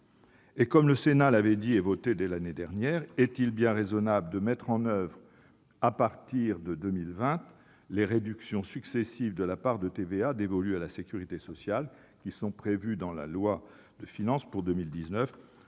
comme le Sénat l'avait dit dès l'année dernière, est-il bien raisonnable de mettre en oeuvre, à partir de 2020, les réductions successives de la part de TVA dévolue à la sécurité sociale prévues par la loi de finances pour 2019,